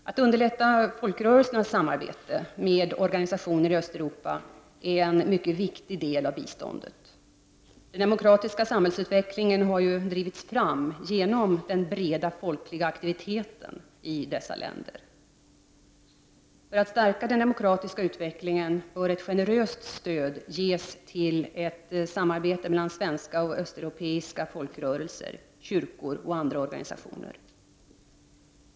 Att underlätta folkrörelsernas samarbete med organisationer i Östeuropa är en mycket viktig del av biståndet. Den demokratiska samhällsutvecklingen har ju drivits fram genom den breda folkliga aktiviteten i dessa länder. För att stärka den demokratiska utvecklingen bör ett generöst stöd ges till ett samarbete mellan svenska och östeuropeiska folkrörelser, kyrkor och andra organisationer.